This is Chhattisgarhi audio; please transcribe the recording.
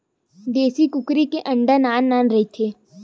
देसी कुकरी के अंडा नान नान रहिथे